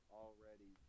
already